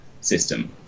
system